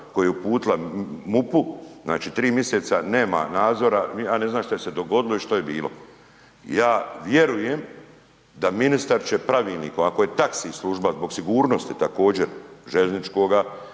koji je uputila MUP-u, znači tri miseca nema nazora i ja ne znam što se je dogodilo i što je bilo. Ja vjerujem da ministar će pravilnikom, ako je taxi služba zbog sigurnosti također željezničkoga